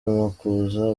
makuza